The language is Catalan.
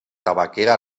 tabaquera